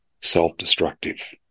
self-destructive